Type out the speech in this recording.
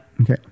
Okay